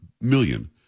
million